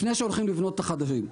לפני שהולכים לבנות את החדרים.